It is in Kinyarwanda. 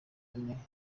ane